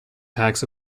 tax